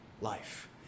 life